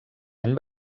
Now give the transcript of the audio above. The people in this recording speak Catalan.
any